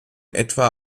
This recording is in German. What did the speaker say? etwa